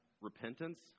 repentance